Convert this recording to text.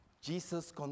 Jesus